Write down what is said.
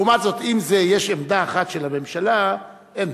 לעומת זאת, אם יש עמדה אחת של הממשלה, אין.